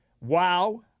Wow